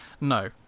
No